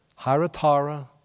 Hiratara